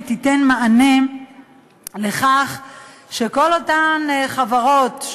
היא תיתן מענה בכל אותן חברות,